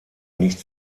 nicht